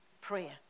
Prayer